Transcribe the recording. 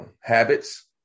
habits